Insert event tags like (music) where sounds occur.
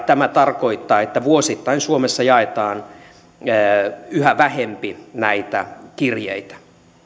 (unintelligible) tämä tarkoittaa että vuosittain suomessa jaetaan yhä vähempi kirjeitä